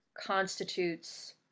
constitutes